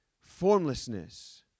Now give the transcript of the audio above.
Formlessness